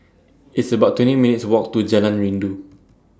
It's about twenty minutes' Walk to Jalan Rindu